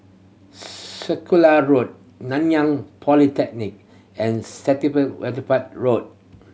Circular Road Nanyang Polytechnic and St Will Wilfred Road